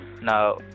now